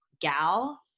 gal